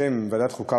בשם ועדת החוקה,